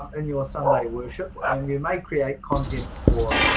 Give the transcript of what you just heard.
and your sunday worship and you may create content for